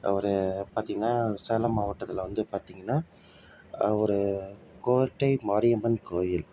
ஒரு பார்த்திங்கன்னா சேலம் மாவட்டத்தில் வந்து பார்த்திங்கன்னா ஒரு கோட்டை மாரியம்மன் கோயில்